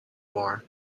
more